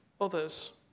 others